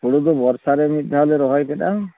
ᱦᱩᱲᱩ ᱫᱚ ᱵᱚᱨᱥᱟ ᱨᱮ ᱢᱤᱫ ᱫᱷᱟᱣᱞᱮ ᱨᱚᱦᱚᱭ ᱠᱮᱫᱟ